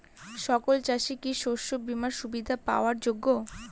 সকল চাষি কি শস্য বিমার সুবিধা পাওয়ার যোগ্য?